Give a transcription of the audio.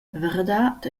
verdad